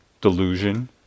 delusion